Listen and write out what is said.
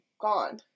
gone